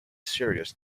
serious